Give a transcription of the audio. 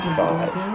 five